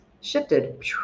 shifted